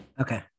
Okay